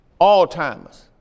all-timers